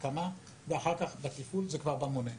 ההקמה ואחר כך בטיפול זה כבר במונה.